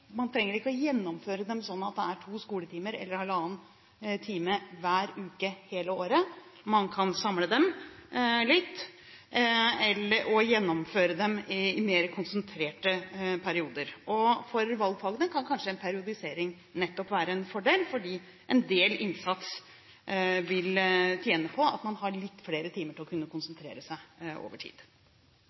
man trenger ikke å gjennomføre dem slik at det er to skoletimer eller halvannen time hver uke hele året. Man kan samle dem litt og gjennomføre dem i mer konsentrerte perioder. For valgfagene kan kanskje en periodisering nettopp være en fordel, fordi en del innsats vil tjene på at man har litt flere timer til å kunne konsentrere seg over tid.